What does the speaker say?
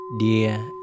Dear